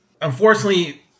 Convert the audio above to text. unfortunately